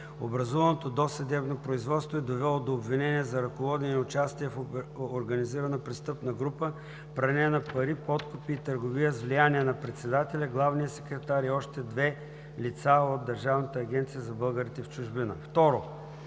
Образуваното досъдебно производство е довело до обвинения за ръководене и участие в организирана престъпна група, пране на пари, подкупи и търговия с влияние на председателя, главния секретар и още две лица от Държавната агенция за българите в чужбина.